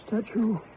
statue